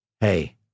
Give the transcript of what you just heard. hey